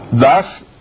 Thus